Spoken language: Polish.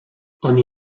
oni